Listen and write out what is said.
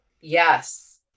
Yes